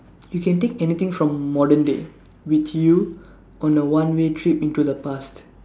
you can take anything from modern day with you on a one way trip into the past